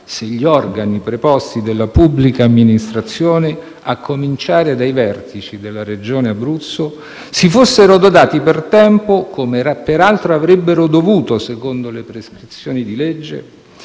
se gli organi preposti della pubblica amministrazione, a cominciare dai vertici della Regione Abruzzo, si fossero dotati per tempo, come peraltro avrebbero dovuto fare secondo le prescrizioni di legge,